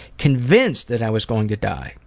convinced that i was going to die.